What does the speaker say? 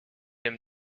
aime